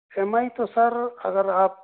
M I تو sir اگر آپ